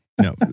no